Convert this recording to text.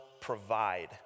provide